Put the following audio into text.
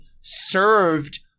served